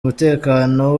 umutekano